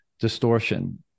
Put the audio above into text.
distortion